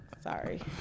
sorry